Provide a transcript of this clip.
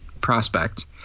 prospect